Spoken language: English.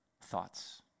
thoughts